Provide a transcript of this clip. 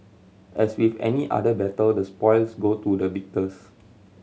as with any other battle the spoils go to the victors